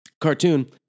cartoon